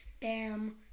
Bam